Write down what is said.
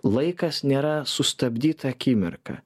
laikas nėra sustabdyta akimirka